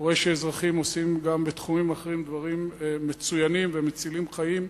קורה שאזרחים עושים גם בתחומים אחרים דברים מצוינים ומצילים חיים,